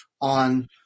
on